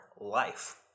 life